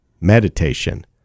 meditation